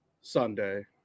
Sunday